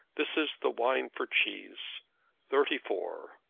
this is the wine for cheese thirty four.